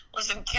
listen